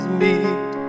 meet